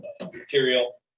material